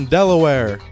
Delaware